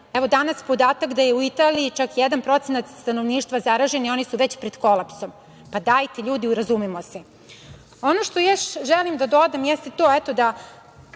Evo, danas je podatak da je u Italiji čak 1% stanovništva zaražen i oni su već pred kolapsom. Pa dajte, ljudi, urazumimo se. Ono što još želim da dodam jeste to, eto, da